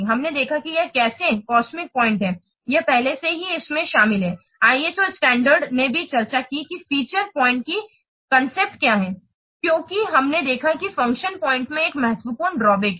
हमने देखा है कि यह कैसे लौकिक पॉइंट है यह पहले से ही इसमें शामिल है ISO स्टैण्डर्ड ने भी चर्चा की है कि फीचर पॉइंट की कांसेप्ट क्या है क्योंकि हमने देखा है कि फ़ंक्शन पॉइंट में एक महत्वपूर्ण ड्राबैक है